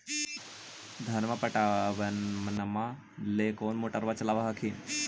धनमा पटबनमा ले कौन मोटरबा चलाबा हखिन?